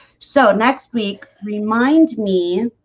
so next week remind me